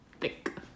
thick